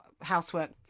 housework